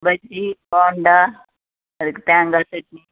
பஜ்ஜி போண்டா அதுக்கு தேங்காய் சட்னி